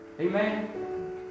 Amen